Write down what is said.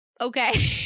Okay